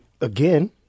again